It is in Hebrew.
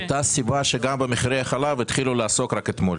זה מאותה סיבה שגם במחירי החלב התחילו לעסוק רק אתמול.